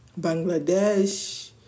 Bangladesh